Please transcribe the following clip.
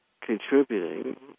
contributing